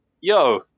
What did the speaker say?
yo